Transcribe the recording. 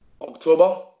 October